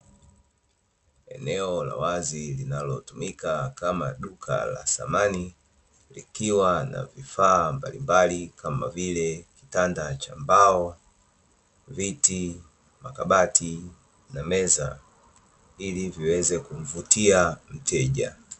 Eneo la wazi, linalotumika kama duka la samani, likiwa na vifaa mbalimbali, kama vile: kitanda cha mbao, viti, makabati na meza ili viweze kumvutia mteja.